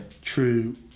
true